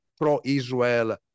pro-Israel